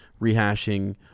rehashing